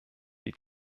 die